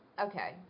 okay